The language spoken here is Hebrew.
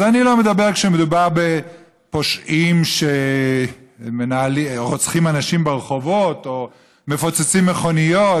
אני לא מדבר כשמדובר בפושעים שרוצחים אנשים ברחובות או מפוצצים מכוניות,